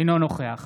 אינו נוכח